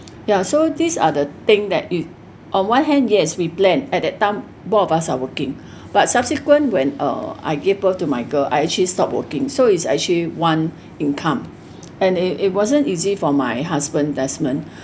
ya so these are the thing that you on one hand yes we plan at that time both of us are working but subsequent when uh I gave birth to my girl I actually stop working so is actually one income and it it wasn't easy for my husband desmond